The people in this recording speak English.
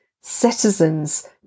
citizens